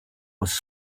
was